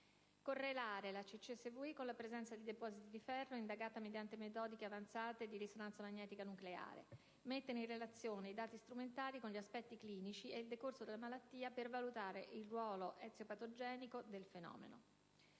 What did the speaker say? cronica) con la presenza di depositi di ferro, indagata mediante metodiche avanzate di RMN (risonanza magnetica nucleare); mettere in relazione i dati strumentali con gli aspetti clinici ed il decorso della malattia per valutare il ruolo eziopatogenetico del fenomeno».